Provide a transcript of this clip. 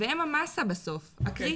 והם המאסה בסוף הקריטי.